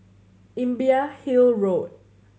Imbiah Hill Road